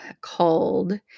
called